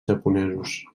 japonesos